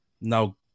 Now